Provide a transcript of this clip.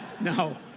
No